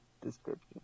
description